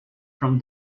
from